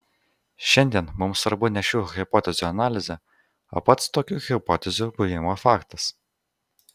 šiandien mums svarbu ne šių hipotezių analizė o pats tokių hipotezių buvimo faktas